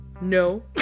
no